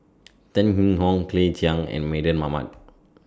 Tan Yee Hong Claire Chiang and Mardan Mamat